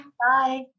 Bye